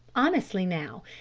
honestly now?